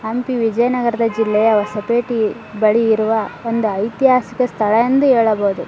ಹಂಪಿ ವಿಜಯನಗರದ ಜಿಲ್ಲೆಯ ಹೊಸಪೇಟಿ ಬಳಿ ಇರುವ ಒಂದು ಐತಿಹಾಸಿಕ ಸ್ಥಳ ಎಂದು ಹೇಳಬೋದು